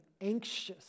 anxious